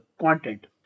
content